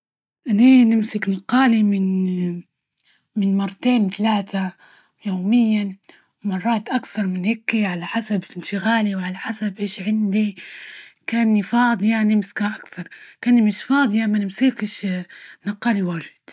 أني نمسك نقالى من- من مرتين لتلاتة يوميا، ومرات أكثر من هيكي على حسب انشغالي وعلى حسب ايش عندي كأني فاضية يعني مسكه أكتر، كانى مش فاضية، ما نمسكش نقالي واجد.